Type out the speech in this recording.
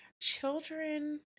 Children